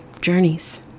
journeys